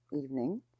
evening